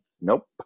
nope